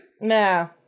No